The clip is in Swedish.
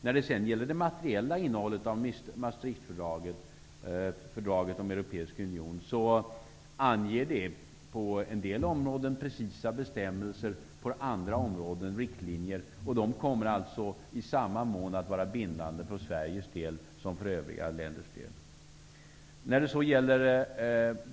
När det gäller det materiella innehållet i Maastrichtfördraget om europeisk union, anger det på en del områden precisa bestämmelser och på andra områden riktlinjer. Dessa kommer i samma mån att vara bindande för Sveriges del som för övriga länders del.